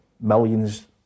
millions